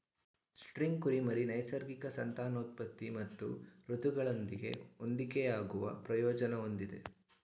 spring ಕುರಿಮರಿ ನೈಸರ್ಗಿಕ ಸಂತಾನೋತ್ಪತ್ತಿ ಮತ್ತು ಋತುಗಳೊಂದಿಗೆ ಹೊಂದಿಕೆಯಾಗುವ ಪ್ರಯೋಜನ ಹೊಂದಿದೆ